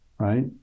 right